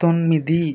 తొమ్మిది